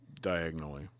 Diagonally